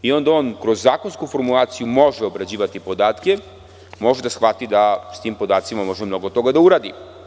Onda on kroz zakonsku formulaciju - može obrađivati podatke, može da shvati da s tim podacima može mnogo toga da uradi.